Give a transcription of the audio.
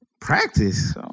Practice